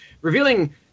revealing